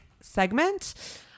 segment